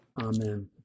Amen